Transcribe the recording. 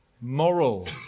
moral